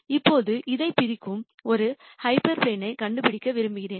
இப்போது இதைப் பிரிக்கும் ஒரு ஹைப்பர் பிளேனைக் கண்டுபிடிக்க விரும்புகிறேன்